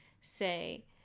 say